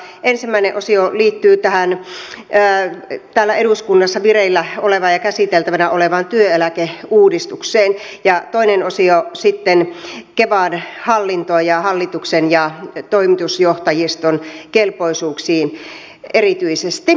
ensimmäinen osio liittyy tähän täällä eduskunnassa vireillä ja käsiteltävänä olevaan työeläkeuudistukseen ja toinen osio sitten kevan hallintoon ja hallituksen ja toimitusjohtajiston kelpoisuuksiin erityisesti